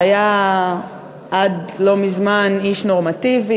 שהיה עד לא מזמן איש נורמטיבי,